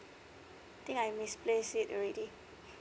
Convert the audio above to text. think I misplace it already